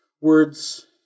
words